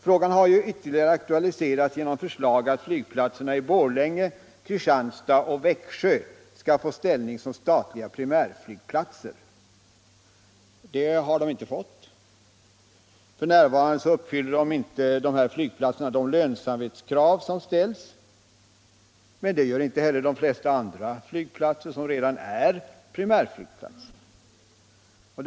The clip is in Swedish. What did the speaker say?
Frågan har yttertigare aktualiserats genom förslag att flygplatserna i Borlänge, Kristianstad och Växjö skall få ställning som statliga primärflygplatser. F. n. uppfyller dessa flygplatser inte de lönsamhetskrav som ställs, men det gör inte heller de flesta av de nuvarande primära flygplatserna.